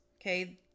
Okay